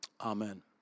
Amen